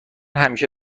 همیشه